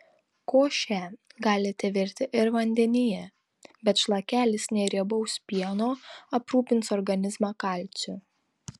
košę galite virti ir vandenyje bet šlakelis neriebaus pieno aprūpins organizmą kalciu